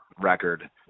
record